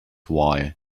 wire